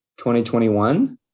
2021